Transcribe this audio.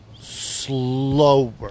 slower